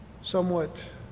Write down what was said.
somewhat